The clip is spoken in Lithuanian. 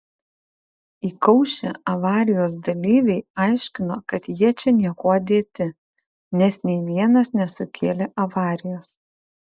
įkaušę avarijos dalyviai aiškino kad jie čia niekuo dėti nes nei vienas nesukėlė avarijos